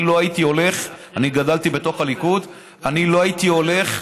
אני גדלתי בתוך הליכוד, אני לא הייתי הולך,